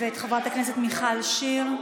את חברת הכנסת מיכל שיר,